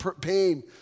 pain